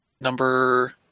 number